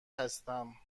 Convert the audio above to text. هستم